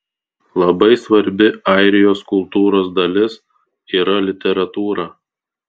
labai svarbi airijos kultūros dalis yra literatūra